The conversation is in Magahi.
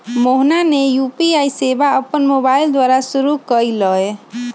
मोहना ने यू.पी.आई सेवा अपन मोबाइल द्वारा शुरू कई लय